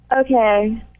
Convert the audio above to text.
Okay